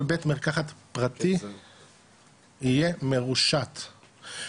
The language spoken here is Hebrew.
כל בית מרקחת פרטי יהיה מרושת,